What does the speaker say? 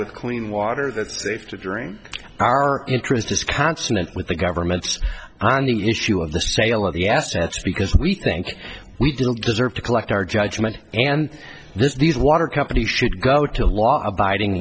with clean water that's safe to drink our interests consonant with the government on the issue of the sale of the assets because we think we didn't deserve to collect our judgment and this these water companies should go to law abiding